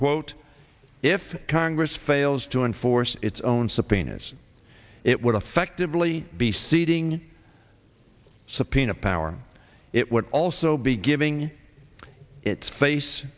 quote if congress fails to enforce its own subpoenas it would effectively be ceding subpoena power it would also be giving its face